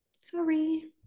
Sorry